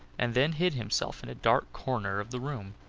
and then hid himself in a dark corner of the room.